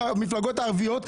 המפלגות הערביות,